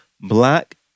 black